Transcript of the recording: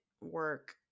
work